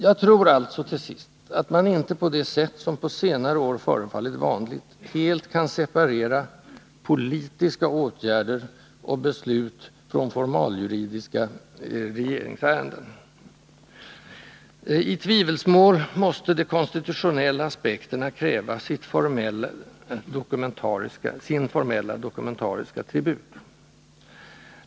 Jag tror alltså, till sist, att man inte på det sätt som på senare år förefallit vanligt helt kan separera ”politiska” åtgärder och beslut från formal-juridiska ”regeringsärenden”. I tvivelsmål måste de konstitutionella aspekterna kräva sin formella, dokumentariska tribut.